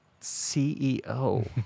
CEO